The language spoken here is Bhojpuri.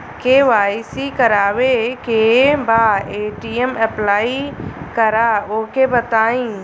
के.वाइ.सी करावे के बा ए.टी.एम अप्लाई करा ओके बताई?